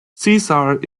cesare